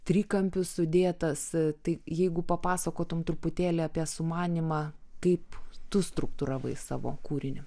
trikampiu sudėtas tai jeigu papasakotum truputėlį apie sumanymą kaip tu struktūravau savo kūrinį